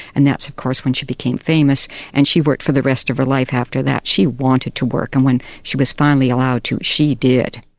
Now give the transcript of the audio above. and that's of course when she became famous and she worked for the rest of her life after that. she wanted to work, and when she was finally allowed to, she did.